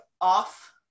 off